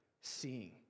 seeing